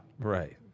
Right